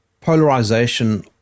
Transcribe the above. polarization